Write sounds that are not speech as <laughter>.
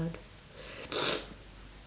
<noise>